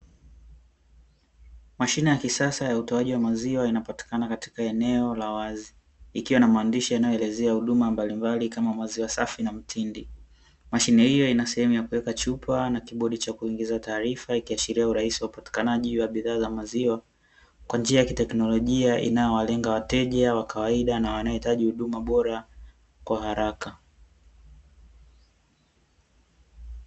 Mashine ya kisasa ya utoaji wa maziwa inapatikana katika eneo la wazi ikiwa na maandishi yanayoelezea huduma mbalimbali kama maziwa safi na mtindi, mashine hiyo ina sehemu ya kuweka chupa na kibodi cha kuingiza taarifa ikiashiria urahisi wa upatikanaji wa bidhaa za maziwa kwa njia ya kiteknolojia inayowalenga wateja wa kawaida na wanaohitaji huduma bora kwa haraka.